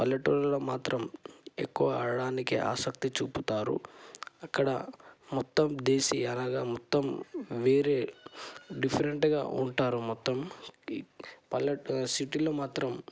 పల్లెటూరులో మాత్రం ఎక్కువ ఆడడానికె ఆసక్తి చూపుతారు అక్కడ మొత్తం దేశి అనగా మొత్తం వేరే డిఫరెంట్గా ఉంటారు మొత్తం పల్లెటూరు సిటీలో మాత్రం